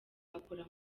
akora